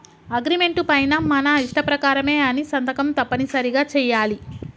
agreement పైన మన ఇష్ట ప్రకారమే అని సంతకం తప్పనిసరిగా చెయ్యాలి